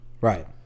right